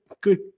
good